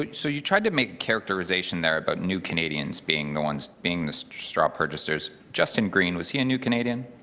um so you tried to make characterization there about new canadians being the ones being the straw purchasers, justin green was he a new canadian?